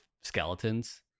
skeletons